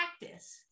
Practice